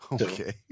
Okay